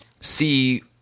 see